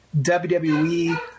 WWE